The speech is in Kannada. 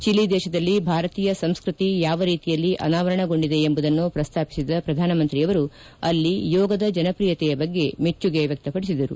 ಚಿಲಿ ದೇಶದಲ್ಲಿ ಭಾರತೀಯ ಸಂಸ್ಕೃತಿ ಯಾವರೀತಿಯಲ್ಲಿ ಅನಾವರಣಗೊಂಡಿದೆ ಎಂಬುದನ್ನು ಪ್ರಸ್ನಾಪಿಸಿದ ಪ್ರಧಾನಮಂತಿ ಅವರು ಅಲ್ಲಿ ಯೋಗದ ಜನಪ್ರಿಯತೆಯ ಬಗ್ಗೆ ಮೆಚ್ಚುಗೆ ವ್ಯಕ್ತಪಡಿಸಿದರು